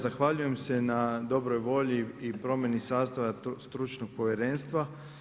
Zahvaljujem se na dobroj volji i promjeni sastava stručnog povjerenstva.